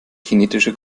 kinetische